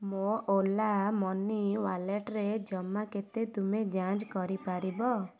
ମୋ ଓଲା ମନି ୱାଲେଟ୍ରେ ଜମା କେତେ ତୁମେ ଯାଞ୍ଚ କରିପାରିବ